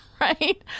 Right